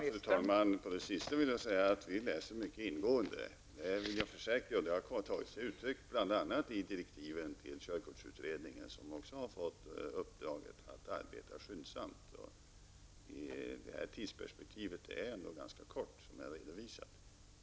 Fru talman! På det sista vill jag svara att vi mycket ingående läser betänkandena. Det har bl.a. tagit sig uttryck i direktiven till körkortsutredningen, som också fått i uppdrag att arbeta skyndsamt. Tidsperspektivet är ändå ganska kort.